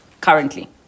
currently